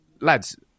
lads